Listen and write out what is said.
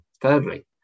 Thirdly